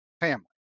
family